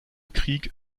krieg